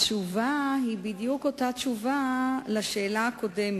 התשובה היא בדיוק אותה תשובה שניתנה על השאילתא.